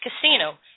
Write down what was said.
Casino